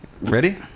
Ready